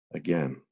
again